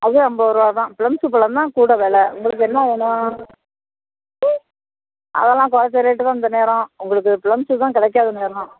அதுவும் ஐம்பது ரூபா தான் பிளம்ஸு பழம் தான் கூட வெலை உங்களுக்கு என்ன வேணும் அதெல்லாம் கொறைச்ச ரேட்டு தான் இந்த நேரம் உங்களுக்கு பிளம்ஸு தான் கிடைக்காத நேரம்